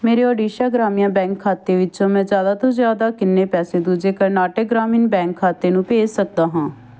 ਮੇਰੇ ਓਡੀਸ਼ਾ ਗ੍ਰਾਮਿਆ ਬੈਂਕ ਖਾਤੇ ਵਿੱਚੋਂ ਮੈਂ ਜ਼ਿਆਦਾ ਤੋਂ ਜ਼ਿਆਦਾ ਕਿੰਨੇ ਪੈਸੇ ਦੂਜੇ ਕਰਨਾਟਕ ਗ੍ਰਾਮੀਣ ਬੈਂਕ ਖਾਤੇ ਨੂੰ ਭੇਜ ਸਕਦਾ ਹਾਂ